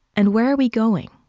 and where are we going?